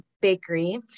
bakery